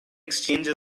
exchange